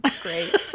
great